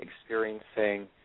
experiencing